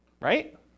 right